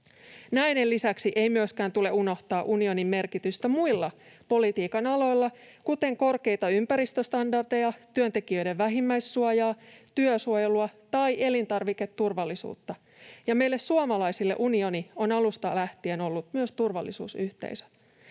Näiden lisäksi ei myöskään tule unohtaa unionin merkitystä muilla politiikan aloilla, kuten korkeita ympäristöstandardeja, työntekijöiden vähimmäissuojaa, työsuojelua tai elintarviketurvallisuutta, ja meille suomalaisille unioni on alusta lähtien ollut myös turvallisuusyhteisö.